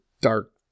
dark